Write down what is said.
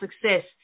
success